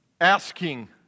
asking